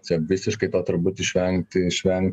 čia visiškai to turbūt išvengti išvengt